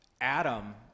Adam